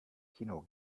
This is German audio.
kino